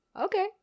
Okay